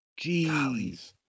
Jeez